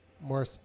more